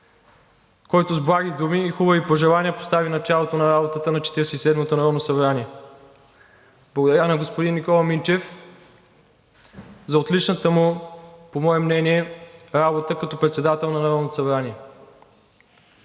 който с благи думи и хубави пожелания постави началото на работата на Четиридесет и седмото народно събрание. Благодаря на господин Никола Минчев за отличната му по мое мнение работа като председател на Народното събрание.